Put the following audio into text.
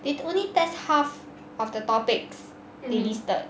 they only test half of the topics they listed